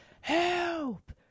Help